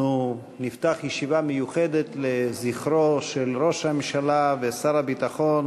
נפתח ישיבה מיוחדת לזכרו של ראש הממשלה ושר הביטחון